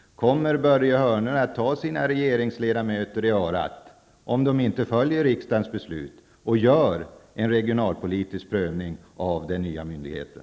Kommer Börje Hörnlund att ta sina regeringsledamöter i örat om de inte följer riksdagens beslut och gör en regionalpolitisk prövning av den nya myndigheten?